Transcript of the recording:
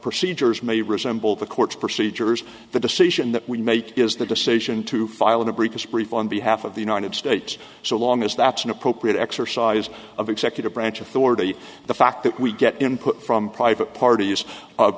procedures may resemble the court's procedures the decision that we make is the decision to file a brief brief on behalf of the united states so long as that's an appropriate exercise of executive branch authority the fact that we get input from private parties